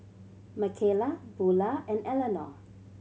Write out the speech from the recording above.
Makayla Bulah and Eleanor